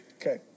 Okay